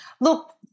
Look